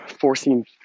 forcing